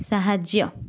ସାହାଯ୍ୟ